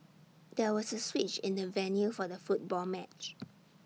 there was A switch in the venue for the football match